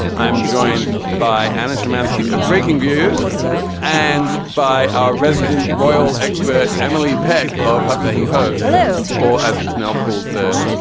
i'm joined by anna shymansky of breakingviews hello. and by our resident royal expert, emily peck of huffington post or as it's now called, the